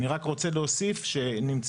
אני רוצה להוסיף ולומר,